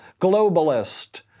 globalist